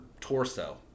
torso